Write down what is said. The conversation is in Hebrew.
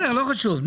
זה בתשלום.